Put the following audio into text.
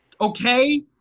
okay